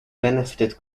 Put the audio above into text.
benefited